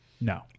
No